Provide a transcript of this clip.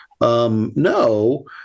No